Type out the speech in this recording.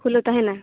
ᱠᱷᱩᱞᱟᱹᱣ ᱛᱟᱦᱮᱱᱟ